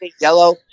yellow